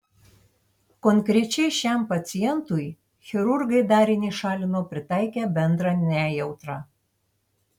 konkrečiai šiam pacientui chirurgai darinį šalino pritaikę bendrą nejautrą